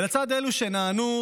לצד אלו שנענו,